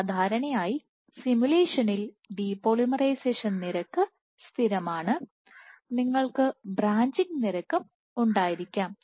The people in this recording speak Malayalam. സാധാരണയായി സിമുലേഷനിൽ ഡിപോളിമറൈസേഷൻ നിരക്ക് സ്ഥിരമാണ് നിങ്ങൾക്ക് ബ്രാഞ്ചിംഗ് നിരക്കും ഉണ്ടായിരിക്കാം